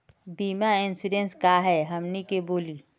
बीमा इंश्योरेंस का है हमनी के बोली?